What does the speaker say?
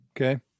Okay